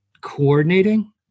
coordinating